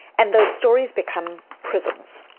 and those stories become prisons.